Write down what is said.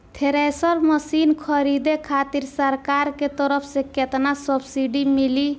Thresher machine खरीदे खातिर सरकार के तरफ से केतना सब्सीडी मिली?